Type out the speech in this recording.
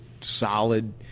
solid